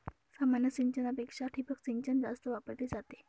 सामान्य सिंचनापेक्षा ठिबक सिंचन जास्त वापरली जाते